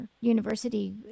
university